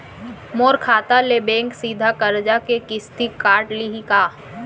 मोर खाता ले बैंक सीधा करजा के किस्ती काट लिही का?